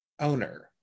owner